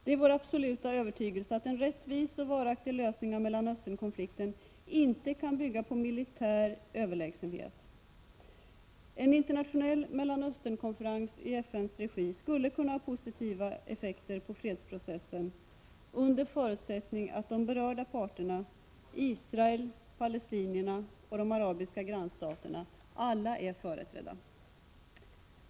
Det är vår absoluta övertygelse att en rättvis och varaktig lösning av Mellanösternkonflikten inte kan bygga på militär överlägsenhet. En internationell Mellanösternkonferens i FN:s regi skulle kunna ha positiva effekter på fredsprocessen, under förutsättning att alla de berörda parterna, Israel, palestinierna och de arabiska grannstaterna, är företrädda.